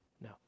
no